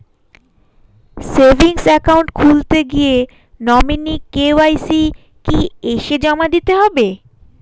Savings account খুলতে গিয়ে nominee KYC কি এসে জমা দিতে হবে?